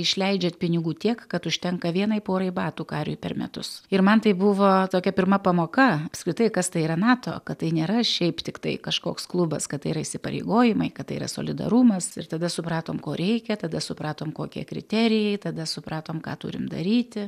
išleidžiat pinigų tiek kad užtenka vienai porai batų kariui per metus ir man tai buvo tokia pirma pamoka apskritai kas tai yra nato kad tai nėra šiaip tiktai kažkoks klubas kad tai yra įsipareigojimai kad tai yra solidarumas ir tada supratom ko reikia tada supratom kokie kriterijai tada supratom ką turim daryti